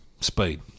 Speed